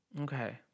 Okay